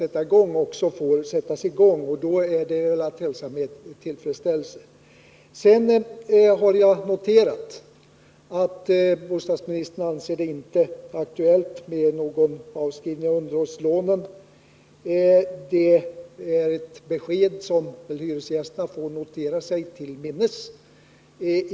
Om så är fallet, då är det bara att hälsa bostadsministerns uttalande med tillfredsställelse. Jag har vidare noterat att bostadsministern inte anser det vara aktuellt med någon avskrivning av underhållslånen. Det är ett besked som hyresgästerna får notera sig till minnes.